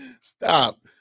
Stop